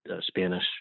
Spanish